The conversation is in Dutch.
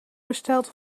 besteld